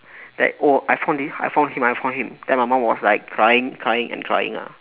that oh I found him I found him I found him then my mum was like crying and crying and crying ah